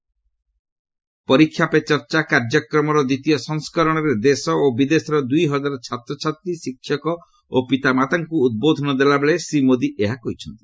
ପରୀକ୍ଷା ପେ ଚର୍ଚ୍ଚା କାର୍ଯ୍ୟକ୍ରମର ଦ୍ୱିତୀୟ ସଂସ୍କରଣରେ ଦେଶ ଓ ବିଦେଶର ଦୁଇ ହଜାର ଛାତ୍ରଛାତ୍ରୀ ଶିକ୍ଷକ ଓ ପିତାମାତାଙ୍କୁ ଉଦ୍ବୋଧନ ଦେଲାବେଳେ ଶ୍ରୀ ମୋଦି ଏହା କହିଛନ୍ତି